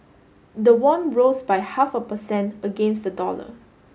the won rose by half a per cent against the dollar